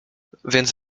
więc